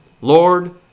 Lord